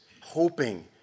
hoping